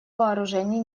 вооружений